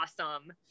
awesome